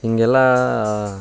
ಹೀಗೆಲ್ಲ